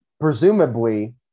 presumably